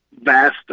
Vast